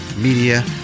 media